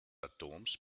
atoms